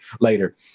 later